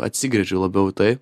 atsigręžiu labiau į tai